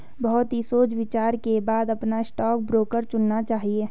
बहुत ही सोच विचार के बाद अपना स्टॉक ब्रोकर चुनना चाहिए